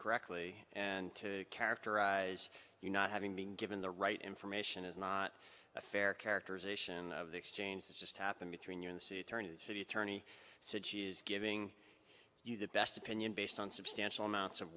correctly and to characterize you not having been given the right information is not a fair characterization of the exchange that just happened between you and see attorney the city attorney said she's giving you the best opinion based on substantial amounts of